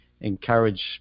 encourage